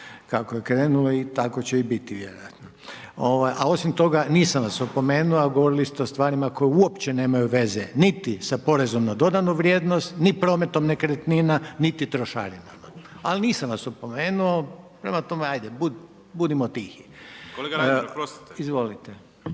kako je krenulo i tako će i biti vjerojatno. A osim toga, nisam vas opomenuo, a govorili ste o stvarima, koje uopće nemaju veze, niti sa porezom na dodanu vrijednost, ni prometom nekretnina, niti trošarinama. Ali, nisam vas opomenuo, prema tome, ajde, budimo tihi. **Lenart, Željko